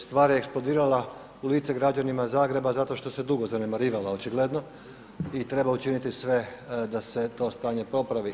Stvar je eksplodirala u lice građanima Zagreba zato što se dugo zanemarivala očigledno i treba učiniti sve da se to stanje popravi.